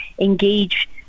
engage